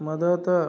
मदत